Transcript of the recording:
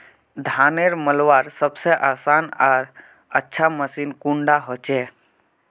धानेर मलवार सबसे आसान आर अच्छा मशीन कुन डा होचए?